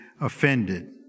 offended